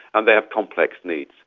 and they have complex needs,